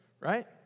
right